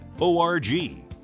O-R-G